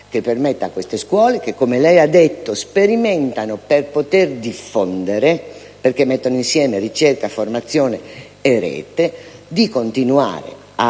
per permettere a queste scuole - che, come il Sottosegretario ha detto, sperimentano per poter diffondere, perché mettono insieme ricerca, formazione e rete - di continuare a